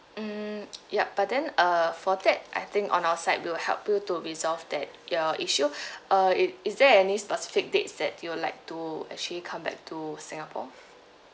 mm ya but then uh for that I think on our side we will help you to resolve that your issue uh it is there any specific dates that you like to actually come back to singapore